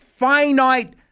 Finite